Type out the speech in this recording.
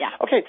Okay